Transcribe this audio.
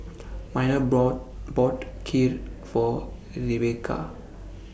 Miner bought bought Kheer For Rebekah